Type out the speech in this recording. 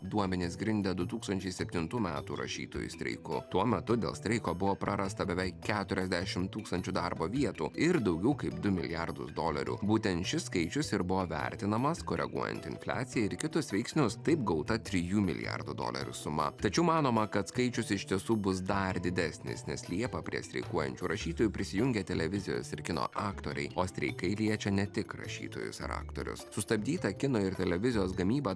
duomenis grindė du tūkstančiai septintų metų rašytojų streiku tuo metu dėl streiko buvo prarasta beveik keturiasdešim tūkstančių darbo vietų ir daugiau kaip du milijardus dolerių būtent šis skaičius ir buvo vertinamas koreguojant infliaciją ir kitus veiksnius taip gauta trijų milijardų dolerių suma tačiau manoma kad skaičius iš tiesų bus dar didesnis nes liepą prie streikuojančių rašytojų prisijungė televizijos ir kino aktoriai o streikai liečia ne tik rašytojus ar aktorius sustabdyta kino ir televizijos gamyba